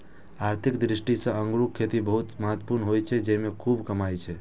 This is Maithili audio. आर्थिक दृष्टि सं अंगूरक खेती बहुत महत्वपूर्ण होइ छै, जेइमे खूब कमाई छै